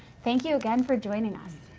thank you again for joining us.